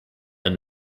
are